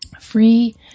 free